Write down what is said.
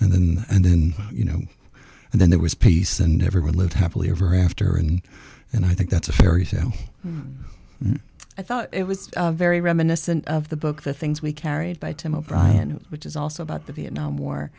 and then and then you know and then there was peace and everyone lived happily ever after and and i think that's a fairy tale i thought it was very reminiscent of the book the things we carried by tim o'brien which is also about the vietnam war